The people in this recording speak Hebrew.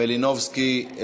מלינובסקי,